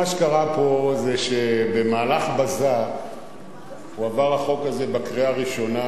מה שקרה פה זה שבמהלך בזק הועבר החוק הזה לקריאה הראשונה,